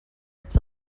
its